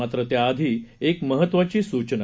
मात्र त्याआधी एक महत्त्वाची सूचना